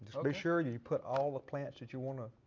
so be sure you put all the plants that you want to.